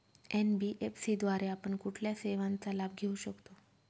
NBFC द्वारे आपण कुठल्या सेवांचा लाभ घेऊ शकतो?